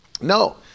No